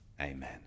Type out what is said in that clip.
amen